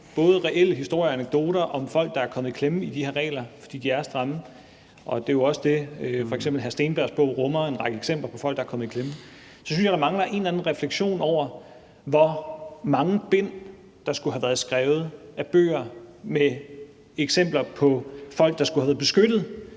både reelle historier og anekdoter om folk, der er kommet i klemme i de her regler, fordi de er stramme, og også f.eks. hr. Andreas Steenbergs bog rummer en række eksempler på folk, der er kommet i klemme. Men jeg synes, at der mangler en eller anden refleksion over, hvor mange bøger i mange bind der skulle have været skrevet med eksempler på folk, der skulle have været beskyttet,